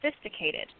sophisticated